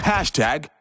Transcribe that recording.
Hashtag